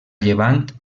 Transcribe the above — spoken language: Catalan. llevant